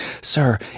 Sir